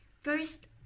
First